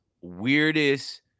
weirdest